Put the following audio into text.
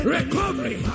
Recovery